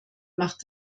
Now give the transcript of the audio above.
macht